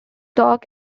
dock